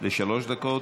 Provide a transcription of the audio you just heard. לשלוש דקות.